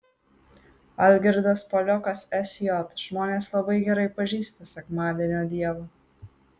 algirdas paliokas sj žmonės labai gerai pažįsta sekmadienio dievą